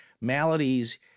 maladies